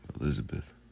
Elizabeth